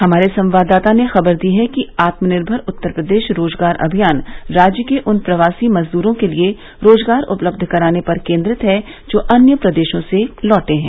हमारे संवाददाता ने खबर दी है कि आत्मनिर्भर उत्तर प्रदेश रोजगार अभियान राज्य के उन प्रवासी मजदूरों के लिए रोजगार उपलब्धत कराने पर केंद्रित है जो अन्य प्रदेशों से लौटे हैं